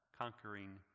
conquering